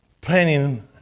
planning